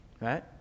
right